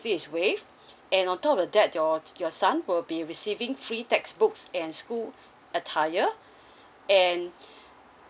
is wave and on top of that your your son will be receiving free textbooks and school attire and